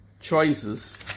choices